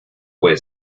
puede